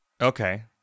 Okay